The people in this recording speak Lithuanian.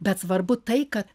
bet svarbu tai kad